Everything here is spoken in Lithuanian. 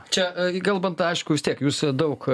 čia kalbant aišku vis tiek jūs daug